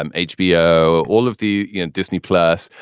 um hbo, all of the you know disney plus.